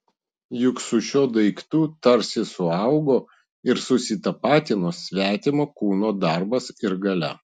juk su šiuo daiktu tarsi suaugo ir susitapatino svetimo kūno darbas ir galia